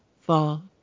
fall